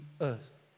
earth